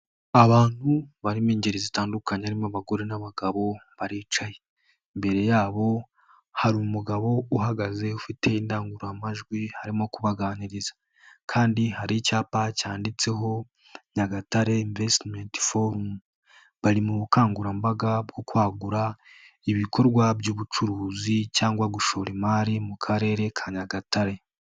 Abantu barimo ingeri zitandukanye barimo abagore n'abagabo baricaye, imbere yabo hari umugabo uhagaze ufite indangururamajwi arimo kubaganiriza, kandi hari icyapa cyanditseho Nyagatare imvesitimenti foramu, bari mu bukangurambaga bwo kwagura ibikorwa by'ubucuruzi cyangwa gushora imari mu Karere ka Nyagatare.